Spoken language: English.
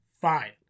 Fine